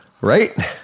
Right